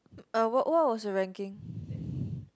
uh what what was your ranking